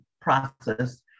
process